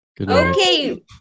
Okay